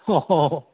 অঁ